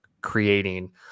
creating